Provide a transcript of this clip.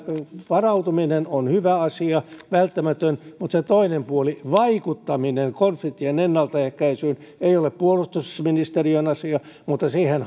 varautuminen on hyvä asia välttämätön mutta se toinen puoli vaikuttaminen konfliktien ennaltaehkäisyyn ei ole puolustusministeriön asia mutta siihen